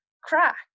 crack